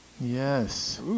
Yes